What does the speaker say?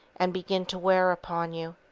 and begin to wear upon you,